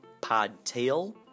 Podtail